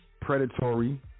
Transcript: predatory